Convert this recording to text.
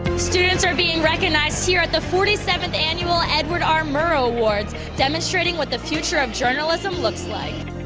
students are being recognized here at the forty seventh annual edward r. murrow awards demonstrating what the future of journalism looks like.